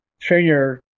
Senior